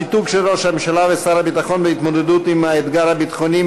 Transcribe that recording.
השיתוק של ראש הממשלה ושר הביטחון בהתמודדות עם האתגר הביטחוני,